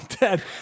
dead